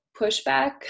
pushback